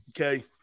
Okay